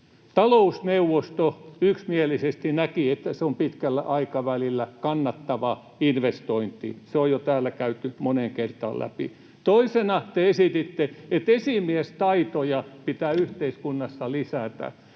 Talousneuvosto yksimielisesti näki, että se on pitkällä aikavälillä kannattava investointi, se on jo täällä käyty moneen kertaan läpi. Toisena te esititte, että esimiestaitoja pitää yhteiskunnassa lisätä.